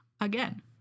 Again